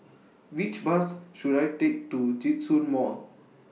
Which Bus should I Take to Djitsun Mall